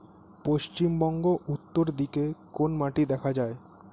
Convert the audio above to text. পশ্চিমবঙ্গ উত্তর দিকে কোন মাটি দেখা যায়?